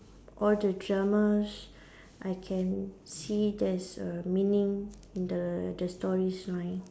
all the dramas I can see there's a meaning in the the stories line